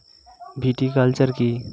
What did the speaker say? Viticulture কী?